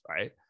right